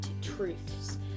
truths